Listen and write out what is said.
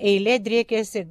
eilė driekėsi